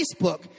Facebook